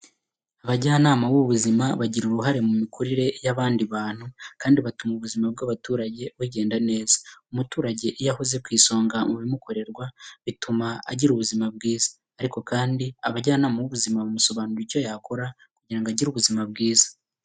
Abajyanama b'ubuzima bagira uruhare mu mikurire y'abandi bantu, kandi batuma ubuzima bw'abaturage bugenda neza. Umuturage iyo ahoze ku isonga mu bimukorerwa, bituma agira ubuzima bwiza. Ariko kandi abajyanama b'ubuzima bamusobanurira icyo yakora, kugira ngo agire ubuzima bwiza.